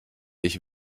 ich